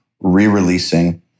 re-releasing